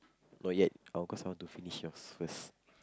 not yet oh cause I want to finish yours first